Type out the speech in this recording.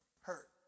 hurt